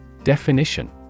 Definition